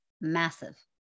massive